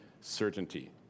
certainty